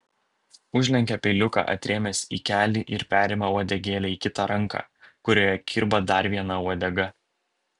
užlenkia peiliuką atrėmęs į kelį ir perima uodegėlę į kitą ranką kurioje kirba dar viena uodega